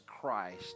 Christ